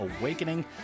awakening